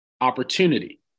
opportunity